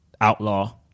outlaw